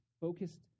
focused